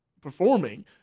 performing